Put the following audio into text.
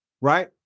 right